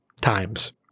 times